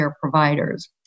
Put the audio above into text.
providers